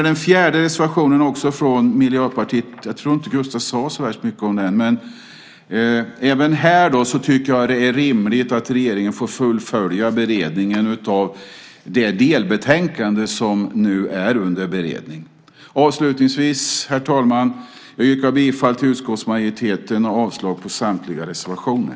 Den fjärde reservationen, även den från Miljöpartiet, tror jag inte att Gustav sade så värst mycket om. Även här tycker jag att det är rimligt att regeringen får fullfölja beredningen av delbetänkandet. Avslutningsvis, herr talman, yrkar jag bifall till utskottsmajoritetens förslag och avslag på samtliga reservationer.